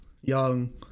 young